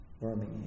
Birmingham